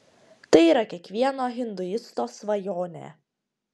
tai yra kiekvieno hinduisto svajonė